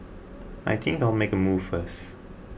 I think I'll make a move first